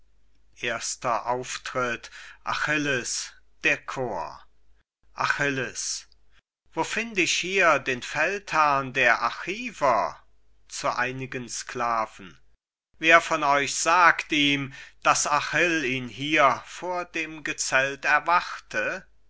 erster auftritt achilles der chor achilles wo find ich hier den feldherrn der achiver zu einigen sklaven wer von euch sagt ihm daß achill ihn hier vor dem gezelt erwarte